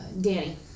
Danny